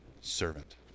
servant